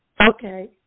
Okay